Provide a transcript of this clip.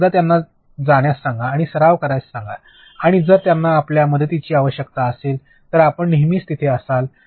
आणि एकदा त्यांना जाण्यास सांगा आणि सराव करायला सांगा आणि जर त्यांना आपल्या मदतीची आवश्यकता असेल तर आपण नेहमी तिथे असाल